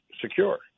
secure